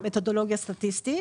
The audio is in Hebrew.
מתודולוגיה סטטיסטית.